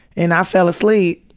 and i fell asleep,